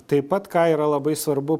taip pat ką yra labai svarbu